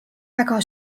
väga